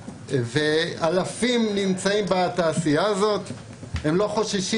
ואלפים נמצאים בתעשייה הזאת והם לא חוששים